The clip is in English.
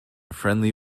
friendly